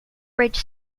bridge